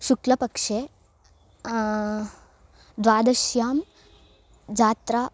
शुक्लपक्षे द्वादश्यां जात्रा